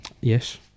Yes